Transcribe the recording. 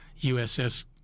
USS